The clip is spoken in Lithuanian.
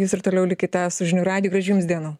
jūs ir toliau likite su žinių radiju gražių jums dienų